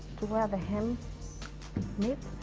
to where the hem meets.